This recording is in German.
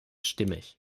stimmig